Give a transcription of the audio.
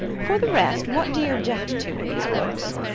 for the rest, what do you object to in these books?